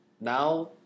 now